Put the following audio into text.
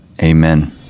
Amen